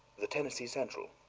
the tennessee central.